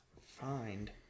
find